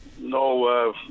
no